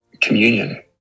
communion